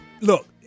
Look